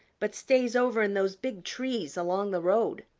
but stays over in those big trees along the road.